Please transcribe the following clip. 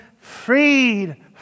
freed